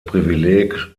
privileg